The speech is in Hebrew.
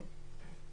כן.